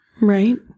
Right